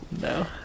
No